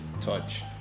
Touch